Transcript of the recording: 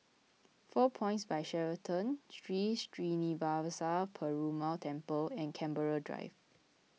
four Points By Sheraton Sri Srinivasa Perumal Temple and Canberra Drive